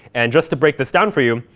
and just to break this down for you,